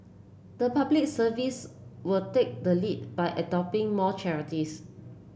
the Public Service will take the lead by adopting more charities